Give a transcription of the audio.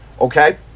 Okay